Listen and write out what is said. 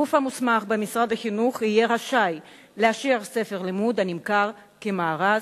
הגוף המוסמך במשרד החינוך יהיה רשאי לאשר ספר לימוד הנמכר כמארז,